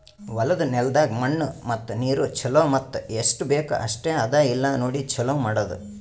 ಹೊಲದ ನೆಲದಾಗ್ ಮಣ್ಣು ಮತ್ತ ನೀರು ಛಲೋ ಮತ್ತ ಎಸ್ಟು ಬೇಕ್ ಅಷ್ಟೆ ಅದಾ ಇಲ್ಲಾ ನೋಡಿ ಛಲೋ ಮಾಡದು